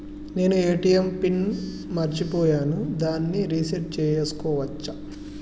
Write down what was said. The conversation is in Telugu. నేను ఏ.టి.ఎం పిన్ ని మరచిపోయాను దాన్ని రీ సెట్ చేసుకోవచ్చా?